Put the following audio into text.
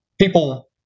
people